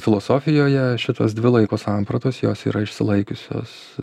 filosofijoje šitos dvi laiko sampratos jos yra išsilaikiusios